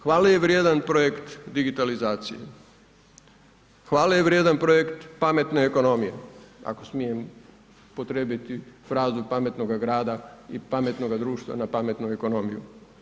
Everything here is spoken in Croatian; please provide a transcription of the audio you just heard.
Hvale je vrijedan projekt digitalizacije, hvale je vrijedan projekt pametne ekonomije, ako smijem upotrijebiti frazu pametnoga grada i pametnoga društva na pametnu ekonomiju.